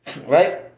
Right